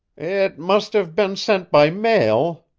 it must have been sent by mail,